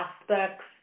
aspects